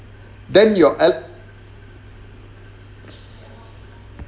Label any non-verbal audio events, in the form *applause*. then your *breath*